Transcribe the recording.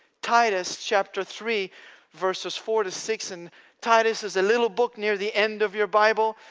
titus chapter three verses four to six, and titus is a little book near the end of your bible.